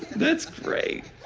that's great.